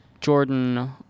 Jordan